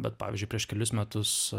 bet pavyzdžiui prieš kelis metus